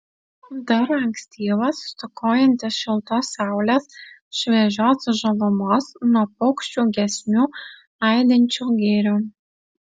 dar ankstyvas stokojantis šiltos saulės šviežios žalumos nuo paukščių giesmių aidinčių girių